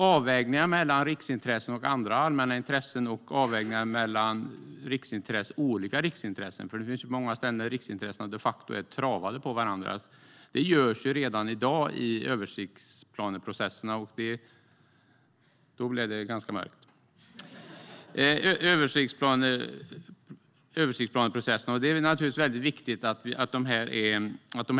Avvägningar mellan riksintressen och andra allmänna intressen liksom avvägningar mellan olika riksintressen, för det finns ju många ställen där riksintressena de facto är travade på varandra, görs redan i dag i översiktsplaneprocesserna. Det är naturligtvis väldigt viktigt att detta fungerar bra.